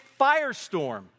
firestorm